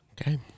Okay